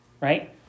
right